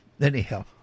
anyhow